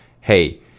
Hey